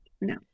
No